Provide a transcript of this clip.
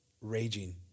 raging